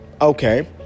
Okay